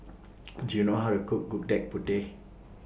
Do YOU know How to Cook Gudeg Putih